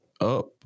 Up